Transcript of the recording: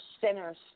sinners